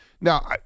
Now